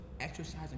exercising